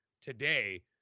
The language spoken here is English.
today